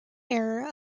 era